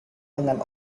dengan